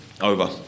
over